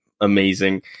amazing